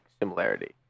similarity